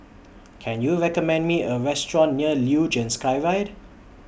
Can YOU recommend Me A Restaurant near Luge and Skyride